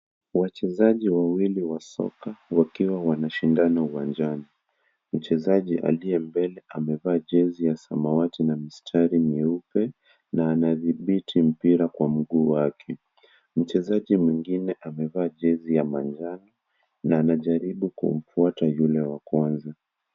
Wachezaji wawili wa soka wakiwa wanashindana uwanjani. Mchezaji aliye mbele amevaa jezi ya samawati na mistari nyeupe, na anadhibiti mpira kwa mguu wake. Mchezaji mwingine amevaa jezi ya manjano, na anajaribu kumfuata yule wa kwanza.